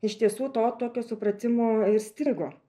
iš tiesų to tokio supratimo ir strigo